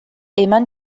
eman